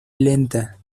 lenta